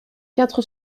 quatre